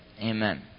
Amen